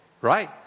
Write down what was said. right